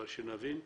אבל שנבין,